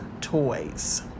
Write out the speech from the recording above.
Toys